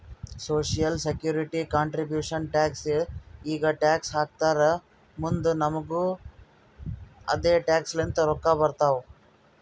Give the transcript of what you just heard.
social security contribution tax ಈಗ tax ಹಾಕ್ತಾರ್ ಮುಂದ್ ನಮುಗು ಅದೆ ಟ್ಯಾಕ್ಸ್ ಲಿಂತ ರೊಕ್ಕಾ ಬರ್ತಾವ್